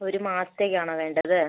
ഒരു മാസത്തേക്ക് ആണോ വേണ്ടത്